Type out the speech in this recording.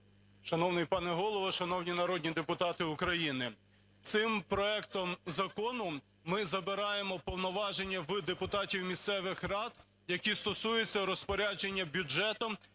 Шановний пане Голово, шановні народні депутати України! Цим проектом закону ми забираємо повноваження в депутатів місцевих рад, які стосуються розпорядження бюджетом